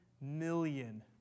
million